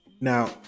Now